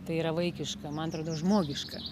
tai yra vaikiška man atrodo žmogiška